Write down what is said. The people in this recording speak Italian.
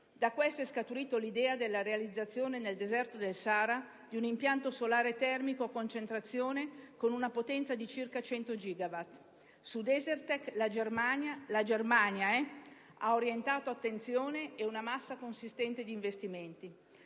Da ciò è scaturita l'idea della realizzazione nel deserto del Sahara di un impianto solare termico a concentrazione con una potenza di circa 100 gigawatt. Su Desertec la Germania ha orientato attenzione ed una massa consistente di investimenti.